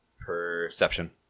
Perception